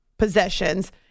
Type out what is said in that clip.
Possessions